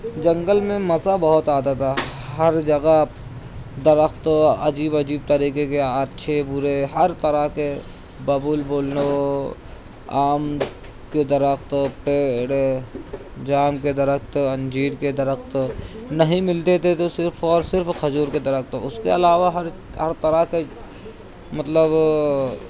جنگل میں مزہ بہت آتا تھا ہر جگہ درخت عجیب عجیب طریقے کے اچھے برے ہر طرح کے ببول بول لو آم کے درخت پیڑ جام کے درخت انجیر کے درخت نہیں ملتے تھے تو صرف اور صرف کھجور کے درخت اس کے علاوہ ہر ہر طرح کے مطلب